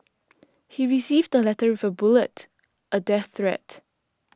he received the letter with a bullet a death threat